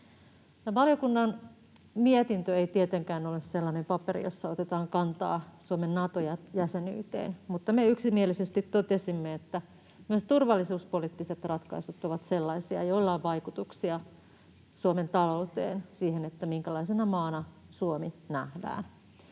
Valiokunnan mietintö ei tietenkään ole sellainen paperi, jossa otetaan kantaa Suomen Nato-jäsenyyteen, mutta me yksimielisesti totesimme, että myös turvallisuuspoliittiset ratkaisut ovat sellaisia, joilla on vaikutuksia Suomen talouteen — siihen, minkälaisena maana Suomi nähdään.